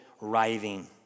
writhing